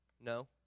No